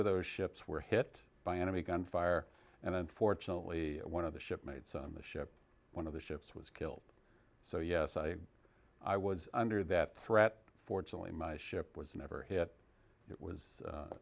of those ships were hit by enemy gunfire and unfortunately one of the shipmates on the ship one of the ships was killed so yes i i was under that threat fortunately my ship was never hit it was